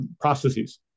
processes